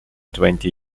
twenty